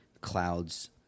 clouds